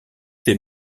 ses